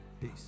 Peace